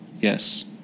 yes